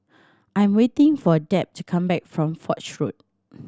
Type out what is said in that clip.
I'm waiting for Deb to come back from Foch Road